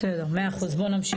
בסדר, מאה אחוז, בואו נמשיך.